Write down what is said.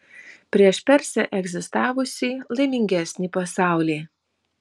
prieš persę egzistavusį laimingesnį pasaulį